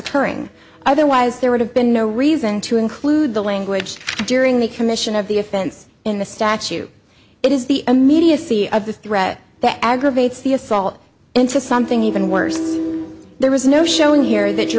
occurring otherwise there would have been no reason to include the language during the commission of the offense in the statute it is the immediacy of the threat that aggravates the assault into something even worse there was no showing here that you